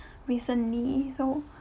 recently so